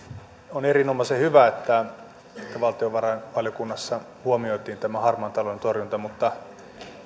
on erinomaisen hyvä että valtiovarainvaliokunnassa huomioitiin tämä harmaan talouden torjunta mutta